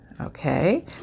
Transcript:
okay